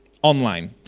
online.